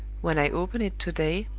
when i open it to-day,